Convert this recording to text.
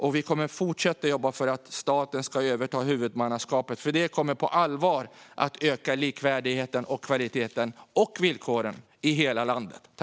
Vi kommer att fortsätta jobba för att staten ska överta huvudmannaskapet, för det kommer på allvar att öka likvärdigheten, kvaliteten och villkoren i hela landet.